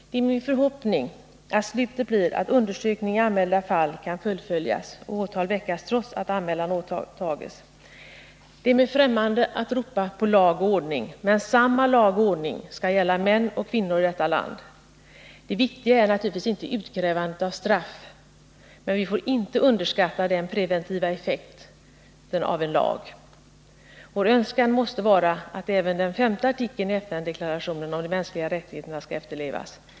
Det är min förhoppning att slutet blir att undersökning kan fullföljas och åtal väckas i anmälda fall, trots att anmälan återtagits. Det är mig främmande att ropa på lag och ordning, men jag vill framhålla att samma lag och ordning skall gälla män och kvinnor i detta land. Det viktiga är naturligtvis inte utkrävandet av straff, men vi får inte underskatta den preventiva effekten av en lag. Vår önskan måste vara att även den femte artikeln i FN:s deklaration om de mänskliga rättigheterna skall efterlevas.